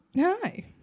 hi